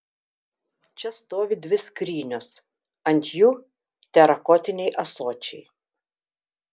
čia stovi dvi skrynios ant jų terakotiniai ąsočiai